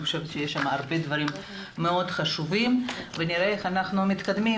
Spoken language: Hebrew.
אני חושבת שיש שם הרבה דברים מאוד חשובים ונראה איך אנחנו מתקדמים,